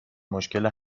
مشکل